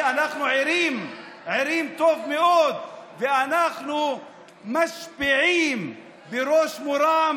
אנחנו ערים טוב מאוד, ואנחנו משפיעים, בראש מורם